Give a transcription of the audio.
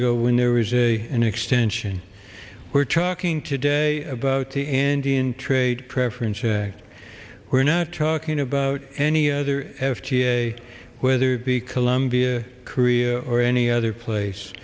ago when there was a an extension we're talking today about the andean trade preference act we're not talking about any other f d a whether the colombia korea or any other place